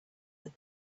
that